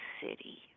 city